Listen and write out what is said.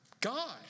God